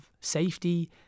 safety